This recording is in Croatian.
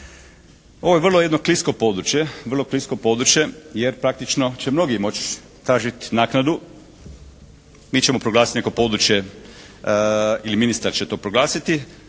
područje. Vrlo klisko područje jer praktično će mnogi moći tražit naknadu. Mi ćemo proglasiti neko područje i ministar će to proglasiti.